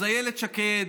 אז אילת שקד,